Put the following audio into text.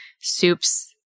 soups